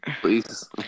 Please